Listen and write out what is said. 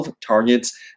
targets